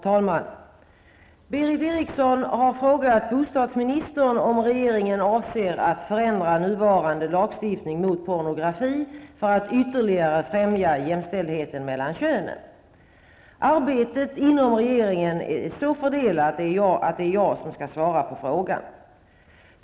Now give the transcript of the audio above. Herr talman! Berith Eriksson har frågat bostadsministern om regeringen avser att förändra nuvarande lagstiftning mot pornografi för att ytterligare främja jämställdheten mellan könen. Arbetet inom regeringen är så fördelat att det är jag som skall svara på frågan.